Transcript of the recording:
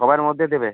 কবের মধ্যে দেবে